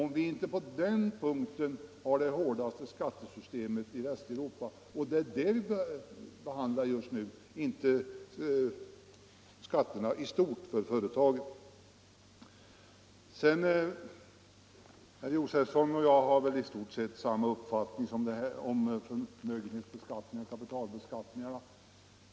Det är på den punkten vi har det hårdaste skattesystemet i Västeuropa, och det är det vi behandlar just nu — inte skatterna i stort för företagen. Herr Josefson och jag har väl i stort sett samma uppfattning om förmögenhetsbeskattning och kapitalbeskattning.